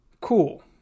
cool